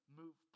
move